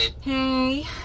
hey